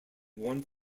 one